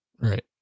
Right